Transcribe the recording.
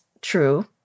true